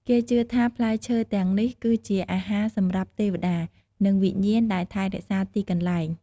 គេជឿថាផ្លែឈើទាំងនេះគឺជា អាហារសម្រាប់ទេវតា និងវិញ្ញាណដែលថែរក្សាទីកន្លែង។